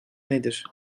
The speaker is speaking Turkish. nedir